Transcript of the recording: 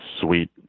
sweet